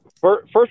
First